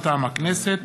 מטעם הכנסת: